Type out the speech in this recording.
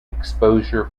exposure